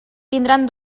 tindran